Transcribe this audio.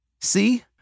See